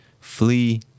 flee